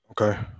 Okay